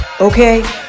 okay